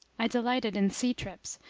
i delighted in sea trips,